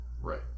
Right